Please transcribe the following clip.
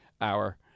hour